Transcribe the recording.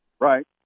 Right